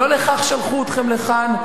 לא לכך שלחו אתכם לכאן,